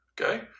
Okay